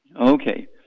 Okay